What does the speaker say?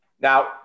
now